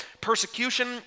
Persecution